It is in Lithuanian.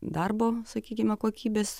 darbo sakykime kokybės